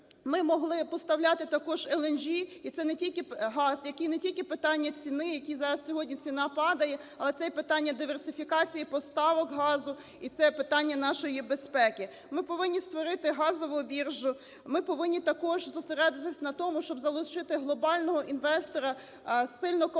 ми могли поставляти також LNG, і це не тільки газ, як і не тільки питання ціни, сьогодні ціна падає, але це і питання диверсифікації поставок газу, і це питання нашої безпеки. Ми повинні створити газову біржу. Ми повинні також зосередитись на тому, щоб залишити глобального інвестора, сильну компанію